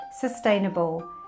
sustainable